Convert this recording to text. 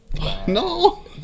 No